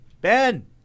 Ben